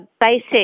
basic